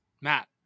Matt